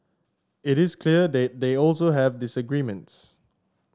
it is clear they they also have disagreements